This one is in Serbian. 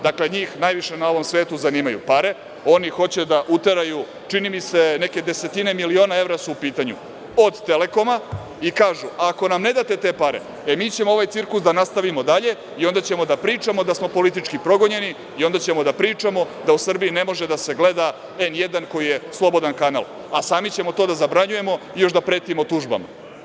Dakle, njih najviše na ovom svetu zanimaju pare, oni hoće da uteraju, čini mi se neke desetine miliona evra su u pitanju, od „Telekoma“, i kažu – ako nam ne date te pare, mi ćemo ovaj cirkus da nastavimo dalje i onda ćemo da pričamo da smo politički progonjeni i onda ćemo da pričamo da u Srbiji ne može da se gleda „N1“ koji je slobodan kanal, a sami ćemo to da zabranjujemo i još da pretimo tužbama.